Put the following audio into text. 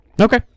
Okay